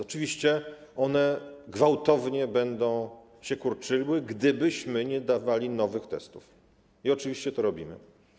Oczywiście one gwałtownie będą się kurczyły, gdybyśmy nie przekazywali nowych testów, i oczywiście to robimy.